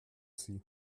sie